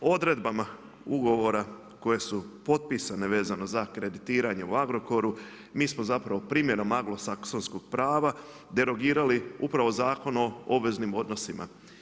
Odredbama ugovora koje su potpisane vezano za kreditiranje u Agrokoru mi smo zapravo primjenom anglosaksonskog prava derogirali upravo Zakon o obveznim odnosima.